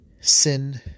Sin